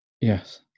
Yes